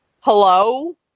hello